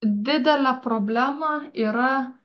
didelė problema yra